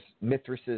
Mithras